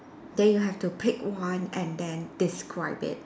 then you have to pick one and then describe it